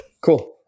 Cool